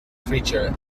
creature